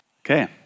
Okay